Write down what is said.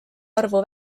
arvu